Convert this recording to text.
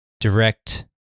direct